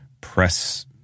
press